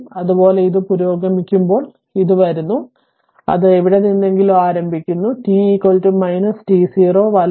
അതുപോലെ അത് പുരോഗമിക്കുമ്പോൾ അത് വരുന്നു അത് എവിടെ നിന്നെങ്കിലും ആരംഭിക്കുന്നു t t0 വലത്